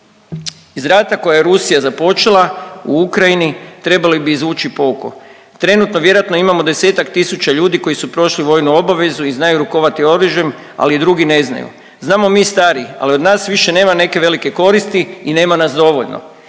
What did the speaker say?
Iz rata koje je Rusija započela u Ukrajini trebali bi izvući pouku. Trenutno vjerojatno imamo 10-tak tisuća ljudi koji su prošli vojnu obavezu i znaju rukovati oružjem, ali drugi ne znaju. Znamo mi stariji, ali od nas više nema neke velike koristi i nema nas dovoljno.